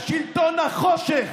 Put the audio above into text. בשלטון החושך,